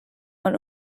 man